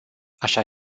așa